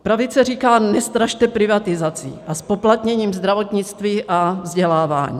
Pravice říká, nestrašte privatizací a zpoplatněním zdravotnictví a vzdělávání.